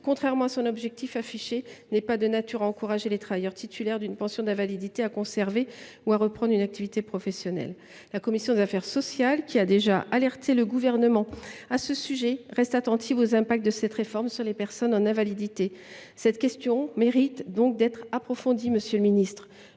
contrairement à l’objectif affiché, n’est pas de nature à encourager les travailleurs titulaires d’une pension d’invalidité à conserver ou à reprendre une activité professionnelle. La commission des affaires sociales, qui a déjà alerté le Gouvernement à ce sujet, reste attentive aux conséquences de cette réforme sur les personnes en invalidité. Cette question mérite donc d’être approfondie, monsieur le ministre.